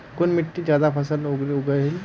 कुन मिट्टी ज्यादा फसल उगहिल?